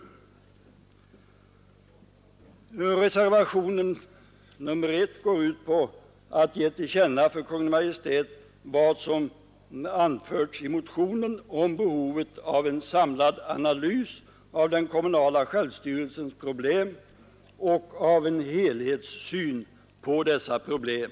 I reservationen 1 hemställs att riksdagen skall ge till känna för Kungl. Maj:t vad som anförts i motionen om behovet av en samlad analys av den kommunala självstyrelsens problem och av en helhetssyn på dessa problem.